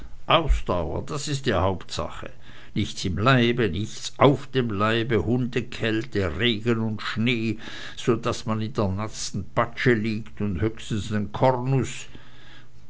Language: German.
ausdauer das ist die hauptsache nichts im leibe nichts auf dem leibe hundekälte regen und schnee so daß man so in der nassen patsche liegt und höchstens nen kornus